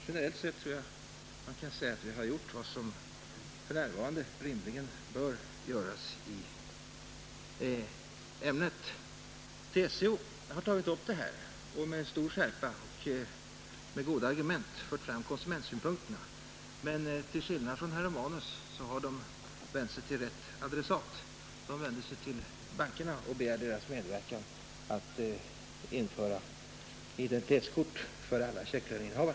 Generellt sett tror jag att jag kan säga att vi gjort vad som för närvarande rimligtvis kan göras i ämnet. TCO har tagit upp denna fråga och med stor skärpa och goda argument fört fram konsumentsynpunkterna, men till skillnad från herr Romanus har organisationen vänt sig till rätt adressat. Man har vänt sig till bankerna och begärt deras medverkan att införa identitetskort för alla checklöneinnehavare.